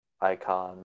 icon